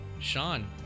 Sean